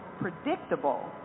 predictable